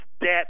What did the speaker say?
debt